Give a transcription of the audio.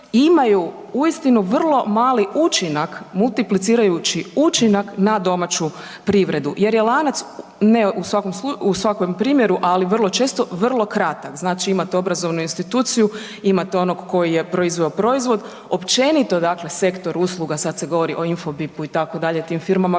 imaju uistinu vrlo mali učinak multiplicirajući učinak na domaću privredu jer je lanac, ne u svakom primjeru, ali vrlo često vrlo kratak. Znači imate obrazovnu instituciju, imate onog koji je proizveo proizvod, općenito dakle sektor usluga sad se govori o Infobipu itd. o tim firmama,